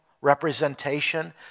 representation